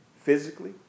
physically